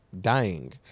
dying